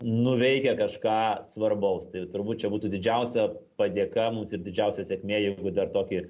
nuveikia kažką svarbaus tai turbūt čia būtų didžiausia padėka mums ir didžiausia sėkmė jeigu dar tokį